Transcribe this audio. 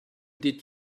did